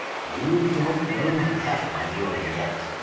you don't know half my ruin yet